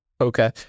Okay